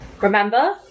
Remember